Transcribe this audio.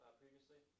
previously